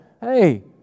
Hey